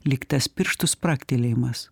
lyg tas pirštų spragtelėjimas